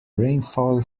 rainfall